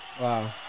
Wow